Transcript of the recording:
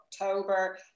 October